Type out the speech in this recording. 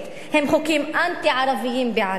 הם חוקים אנטי-ערביים בעליל,